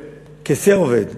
כיסא, כשה אובד.